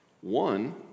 One